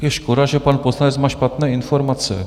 Je škoda, že pan poslanec má špatné informace.